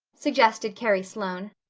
suggested carrie sloane.